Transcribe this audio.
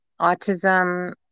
autism